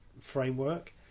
framework